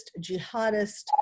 jihadist